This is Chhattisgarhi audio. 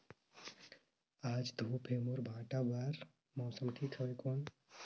आज धूप हे मोर भांटा बार मौसम ठीक हवय कौन?